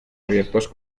abiertos